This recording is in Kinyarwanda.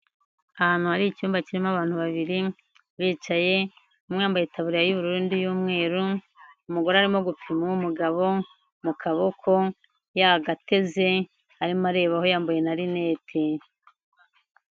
Ahantu hari icyumba kirimo abantu babiri bicaye umwe yambaye itaburiya y'ubururu, undi iy'umweru, umugore arimo gupima umugabo mu kaboko yagateze arimo arebaho yambaye na rinete.